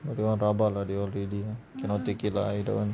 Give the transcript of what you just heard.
they all rabak lah they all really cannot take it I don't want